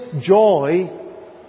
joy